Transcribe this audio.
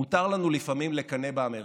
מותר לנו לפעמים לקנא באמריקאים.